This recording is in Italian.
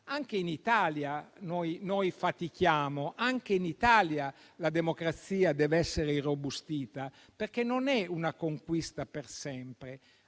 Anche in Italia fatichiamo. Anche in Italia la democrazia deve essere irrobustita, perché non è una conquista per sempre